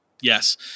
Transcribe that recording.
Yes